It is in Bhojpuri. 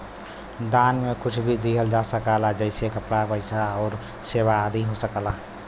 दान में कुछ भी दिहल जा सकला जइसे कपड़ा, पइसा आउर सेवा आदि हो सकला